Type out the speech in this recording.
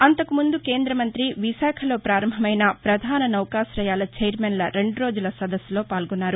అంతకుముందు కేంద్ర మంతి విశాఖలో పారంభమైన పధాన నౌకాశయాల చైర్మన్ల రెండు రోజుల సదస్సులో పాల్గొన్నారు